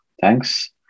thanks